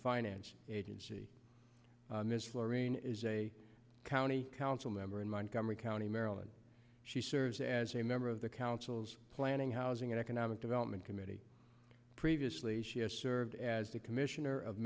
finance agency ms fluorine is a county council member in montgomery county maryland she serves as a member of the council's planning housing and economic development committee previously she has served as the commissioner of